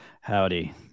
howdy